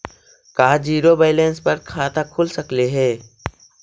का zero balance पर खाता खुल सकले हे?